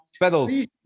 pedals